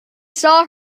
saw